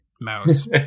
mouse